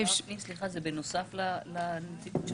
שר הפנים זה בנוסף לנציגות של